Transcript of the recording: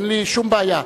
אין לי שום בעיה.